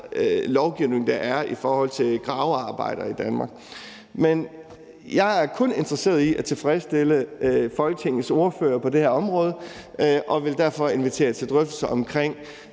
lovgivning, der er i forhold til gravearbejde i Danmark. Men jeg er kun interesseret i at tilfredsstille Folketingets ordførere på det her område, og jeg vil derfor invitere til drøftelser omkring